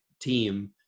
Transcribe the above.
team